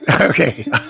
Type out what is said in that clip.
Okay